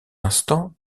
instant